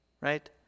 right